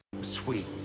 Sweet